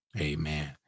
Amen